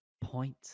point